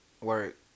work